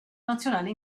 nazionale